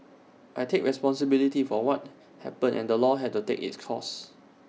I take responsibility for what happened and the law has to take its course